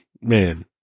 man